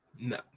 No